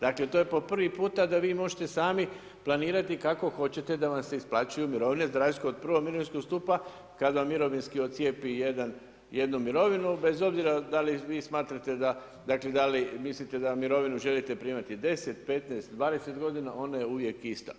Dakle, to je po prvi puta da vi možete sami planirati kako hoćete da vam se isplaćuju mirovine za razliku od prvog mirovinskog stupa kada vam mirovinski ocijepi jednu mirovinu bez obzira da li vi smatrate dakle da li mislite da mirovinu želite primati 10, 15, 20 godina ona je uvijek ista.